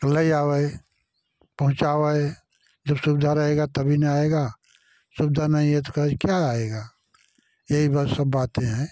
ले जावे पहुँचावै जब सुविधा रहेगा तभी न आएगा सुविधा नहीं है तो कभी क्या आएगा यही बात सब बातें हैं